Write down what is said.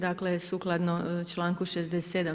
Dakle, sukladno članku 67.